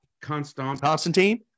Constantine